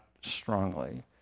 strongly